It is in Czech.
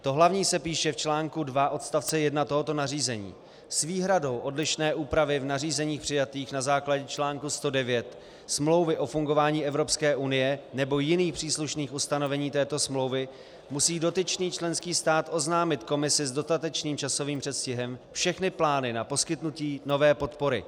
To hlavní se píše v článku 2 odst. 1 tohoto nařízení: S výhradou odlišné úpravy v nařízeních přijatých na základě článku 109 Smlouvy o fungování Evropské unie nebo jiných příslušných ustanovení této smlouvy musí dotyčný členský stát oznámit Komisi s dostatečným časovým předstihem všechny plány na poskytnutí nové podpory.